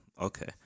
Okay